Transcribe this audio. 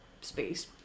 space